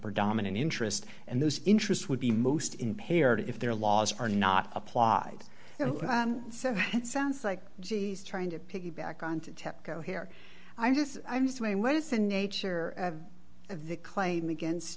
predominant interest and those interests would be most impaired if their laws are not applied and so it sounds like she's trying to piggyback on to tepco here i guess i'm saying what is the nature of the claim against